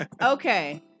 Okay